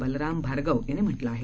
बलराम भार्गव यांनी म्हटलं आहे